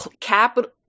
capital